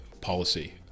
policy